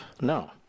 No